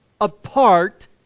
apart